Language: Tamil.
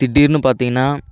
திடீர்னு பார்த்தீங்கன்னா